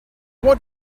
what